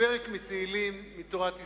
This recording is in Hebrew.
ופרק מתהילים, מתורת ישראל.